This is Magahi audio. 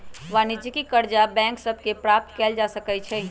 वाणिज्यिक करजा बैंक सभ से प्राप्त कएल जा सकै छइ